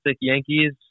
Yankees